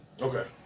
Okay